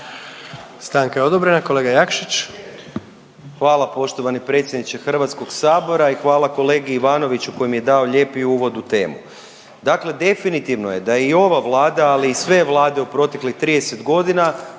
Stanka je odobrena. Kolega Jakšić. **Jakšić, Mišel (SDP)** Hvala vam poštovani predsjedniče HS-a i hvala kolegi Ivanoviću koji mi je dao lijepi uvod u temu. Dakle, definitivno je da je i ova Vlada, ali i sve vlade u proteklih 30 godina